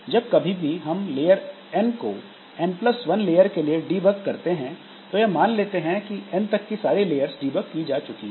जब कभी भी हम N लेयर को N1 लेयर के लिए डीबग करते हैं तो यह मान लेते हैं कि N तक की सारी लेयर्स डीबग की जा चुकी हैं